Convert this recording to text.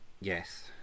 Yes